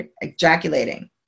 ejaculating